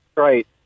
Right